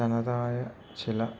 തനതായ ചില